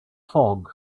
fog